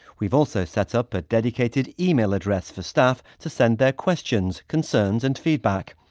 we've also set up a dedicated email address for staff to send their questions concerns and feedback.